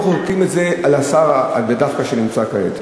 אנחנו לא מחוקקים את זה דווקא בקשר לשר שנמצא כעת.